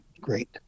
great